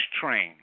train